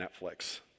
Netflix